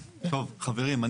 טוב חברים.